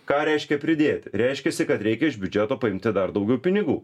ką reiškia pridėti reiškiasi kad reikia iš biudžeto paimti dar daugiau pinigų